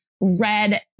red